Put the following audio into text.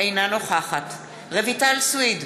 אינה נוכחת רויטל סויד,